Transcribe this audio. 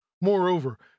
Moreover